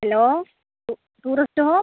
hello tourist home